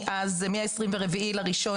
מה-24 בינואר,